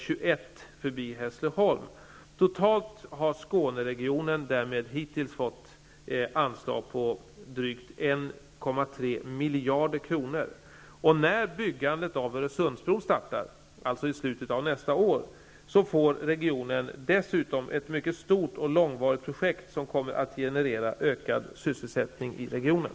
Totalt har Skåneregionen hittills fått anslag på drygt Öresundsbron startar, alltså i slutet av nästa år, får regionen dessutom ett mycket stort och långvarigt projekt, som kommer att generera sysselsättning i regionen.